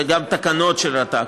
וגם על תקנות של רט"ג,